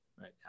right